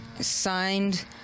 signed